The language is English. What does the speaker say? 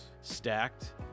Stacked